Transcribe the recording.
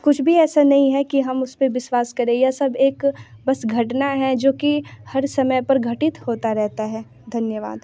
कुछ भी ऐसा नहीं है कि हम उस पर विश्वास करें यह सब एक बस घटना है जो कि हर समय पर घटित होती रहती है धन्यवाद